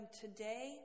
Today